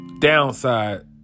downside